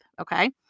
Okay